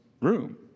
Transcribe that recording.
room